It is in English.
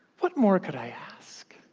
what more could i ask?